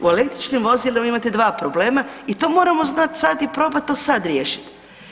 U električnim vozilima imate 2 problema i to moramo znati sad i probat to sada riješiti.